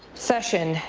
session,